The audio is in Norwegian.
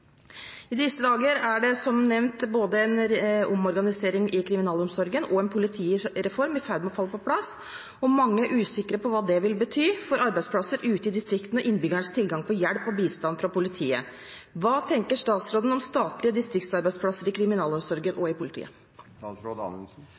I disse dager er, som nevnt, både en omorganisering i kriminalomsorgen og en politireform i ferd med å falle på plass, og mange er usikre på hva det vil bety for arbeidsplasser ute i distriktene og innbyggernes tilgang på hjelp og bistand fra politiet. Hva tenker statsråden om statlige distriktsarbeidsplasser i kriminalomsorgen og i